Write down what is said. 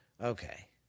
Okay